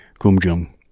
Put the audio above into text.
Kumjung